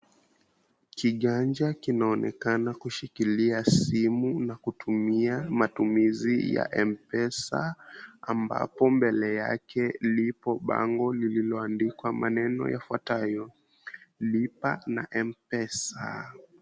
Kiganja kinaonekana kushikilia simu na kutumia matumizi ya mpesa, ambapo mbele yake lipo bango lililoandikwa maneno yafuatayo, lipa na mpesa.